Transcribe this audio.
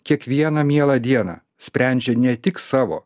kiekvieną mielą dieną sprendžia ne tik savo